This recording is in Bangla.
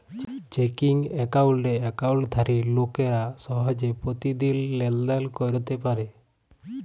চেকিং একাউল্টে একাউল্টধারি লোকেরা সহজে পতিদিল লেলদেল ক্যইরতে পারে